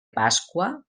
pasqua